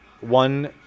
one